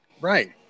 Right